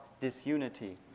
disunity